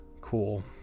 Cool